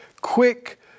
quick